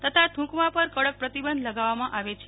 તથા થૂંકવા પર કડક પ્રતિબંધ લગાવવામાં આવે છે